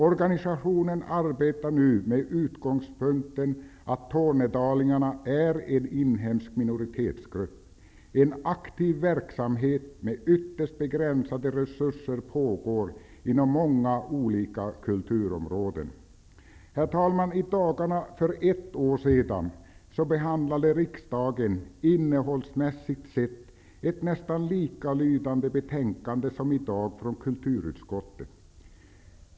Organisationen arbetar nu med utgångspunkten att tornedalingarna är en inhemsk minoritetsgrupp. En aktiv verksamhet med ytterst begränsade resurser pågår inom många olika kulturområden. Herr talman! I dagarna för ett år sedan behandlade riksdagen ett innehållsmässigt sett nästan likalydande betänkande som i dag från kulturutskottet.